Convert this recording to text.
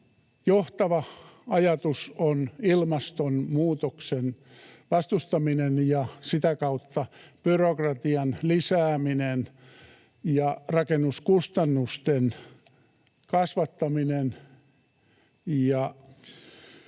johtava ajatus on ilmastonmuutoksen vastustaminen ja sitä kautta byrokratian lisääminen ja rakennuskustannusten kasvattaminen